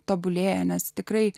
tobulėja nes tikrai